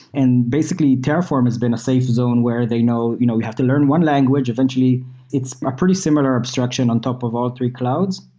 and basically terraform has been a safe zone where they know you know we have to learn one language. eventually it's a pretty similar abstraction on top of all three clouds,